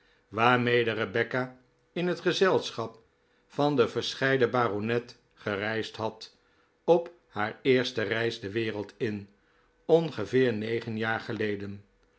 waarmede rebecca in het gezelschap van den verscheiden baronet p gereisd had op haar eerste reis de wereld in ongeveer negen jaar geleden